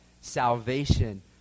salvation